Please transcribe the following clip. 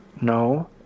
No